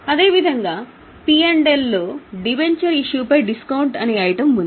అదే విధంగా P L లో డిబెంచర్ ఇష్యూపై డిస్కౌంట్ అనే ఐటమ్ ఉంది